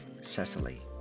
Cecily